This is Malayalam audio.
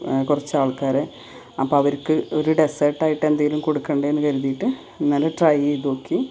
കുറച്ച് ആൾക്കാരെ അപ്പോൾ അവർക്ക് ഒരു ഡെസേട്ട് ആയിട്ട് എന്തെങ്കിലും കൊടുക്കണ്ടേ എന്ന് കരുതിയിട്ട് ഇന്നലെ ട്രൈ ചെയ്ത് നോക്കി